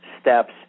steps